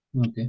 Okay